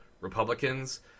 Republicans